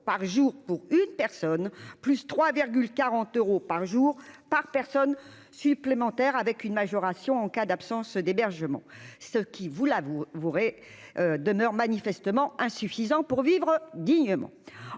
par jour pour une personne, plus 3 quarante euros par jour par personne supplémentaires avec une majoration en cas d'absence d'hébergement, ce qui vous là, vous vous aurez demeure manifestement insuffisant pour vivre dignement,